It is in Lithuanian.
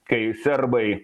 kai serbai